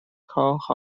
host